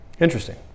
Interesting